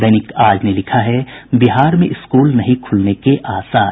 दैनिक आज ने लिखा है बिहार में स्कूल नहीं खुलने के आसार